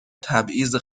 تبعیض